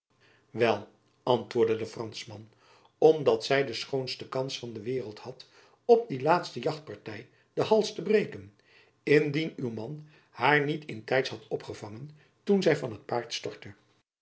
wel antwoordde de franschman omdat zy de schoonste kans van de waereld had op die laatste jachtparty den hals te breken indien uw man jacob van lennep elizabeth musch haar niet in tijds had opgevangen toen zy van't paard stortte